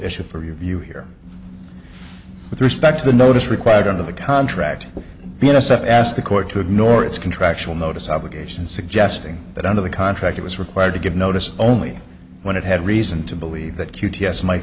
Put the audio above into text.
issue for your view here with respect to the notice required under the contract with unicef asked the court to ignore its contractual notice obligation suggesting that under the contract it was required to give notice only when it had reason to believe that q t s might